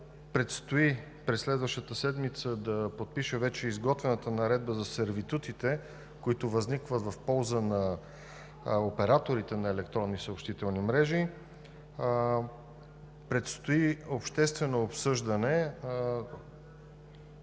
Предстои през следващата седмица да подпиша вече изготвената наредба за сервитутите, които възникват в полза на операторите на електронни съобщителни мрежи. Предстои обществено обсъждане.